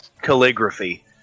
calligraphy